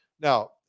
Now